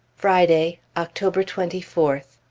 friday, october twenty fourth.